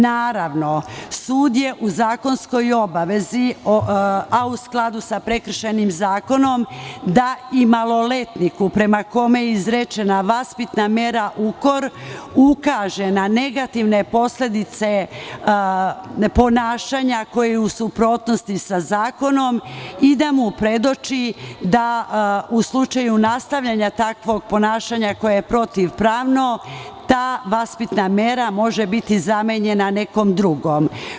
Naravno, sud je u zakonskoj obavezi, a u skladu sa prekršajnim zakonom, da i maloletniku prema kome je izrečena vaspitna mera - ukor ukaže na negativne posledice ponašanja koje je suprotnosti i sa zakonom i da mu predoči da u slučaju nastavljanja takvog ponašanja koje je protivpravno, ta vaspitna mera može biti zamenjena nekom drugom.